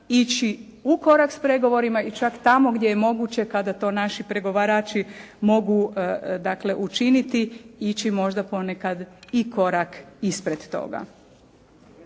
ići u korak s pregovorima i čak tamo gdje je moguće kada to naši pregovarači mogu, dakle učiniti ići možda ponekad i korak ispred toga.